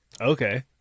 okay